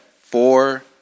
four